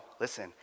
listen